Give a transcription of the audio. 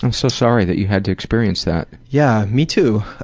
um so sorry that you had to experience that. yeah, me too,